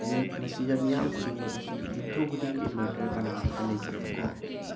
ꯃꯤ ꯃꯁꯤꯗ ꯃꯤꯌꯥꯝ ꯈꯨꯗꯤꯡꯃꯛ ꯑꯁꯤ ꯌꯨꯝꯊꯣꯡ ꯈꯨꯗꯤꯡꯒꯤ ꯏꯟꯕꯔꯇꯔ ꯀꯅꯥꯝꯇ ꯂꯩꯇꯦꯕꯀꯣ